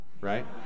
right